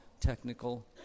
technical